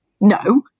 no